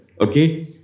Okay